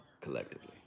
collectively